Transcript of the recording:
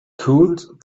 cooled